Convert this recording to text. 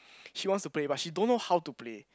she wants to play but she don't know how to play